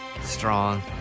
Strong